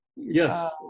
Yes